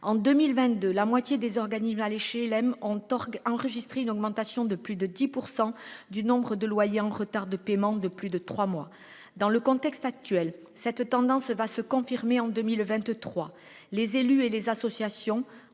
En 2022, la moitié des organismes HLM a enregistré une augmentation de plus de 10 % du nombre de loyers en retard de paiement de plus de trois mois. Cette tendance va se confirmer en 2023. Les élus et les associations